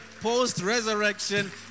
post-resurrection